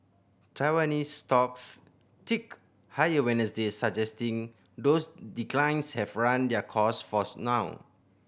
Taiwanese stocks ticked higher Wednesday suggesting those declines have run their course forth now